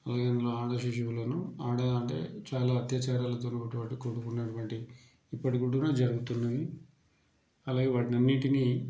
అలాగే అందులో ఆడశిశువులను ఆడ అంటే చాలా అత్యాచారాలతో ఉన్నటువంటి కూడుకున్నటువంటి ఇప్పటికి కూడా జరుగుతున్నాయి అలాగే వాటన్నిటిని